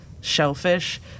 shellfish